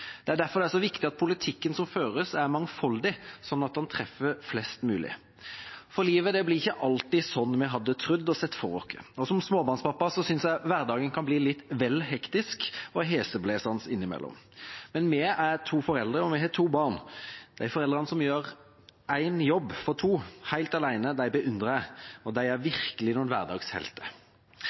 Det er derfor det er så viktig at politikken som føres, er mangfoldig, sånn at den treffer flest mulig, for livet blir ikke alltid slik vi hadde trodd og sett for oss. Som småbarnspappa synes jeg hverdagen kan bli litt vel hektisk og heseblesende innimellom. Men vi er to foreldre, og vi har to barn. De foreldrene som helt alene gjør en jobb for to, beundrer jeg, og de er virkelig noen